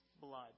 blood